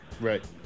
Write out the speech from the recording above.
Right